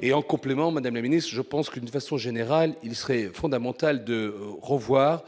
et en complément, Madame la Ministre, je pense qu'une façon générale, il serait fondamental de revoir